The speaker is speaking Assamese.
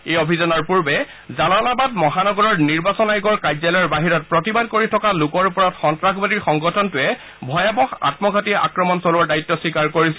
এই অভিযানৰ পূৰ্বে জালালাবাদ মহানগৰৰ নিৰ্বাচন আয়োগৰ কাৰ্যালয়ৰ বাহিৰত প্ৰতিবাদ কৰি থকা লোকৰ ওপৰত সন্নাসবাদী সংগঠনটোৱে ভয়াবহ আত্মঘাটী আক্ৰমণ চলোৱাৰ দায়িত্ব স্বীকাৰ কৰিছিল